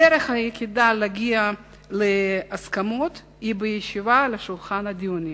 הדרך היחידה להגיע להסכמות היא בישיבה לשולחן הדיונים.